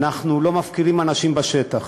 אנחנו לא מפקירים אנשים בשטח.